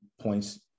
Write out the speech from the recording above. points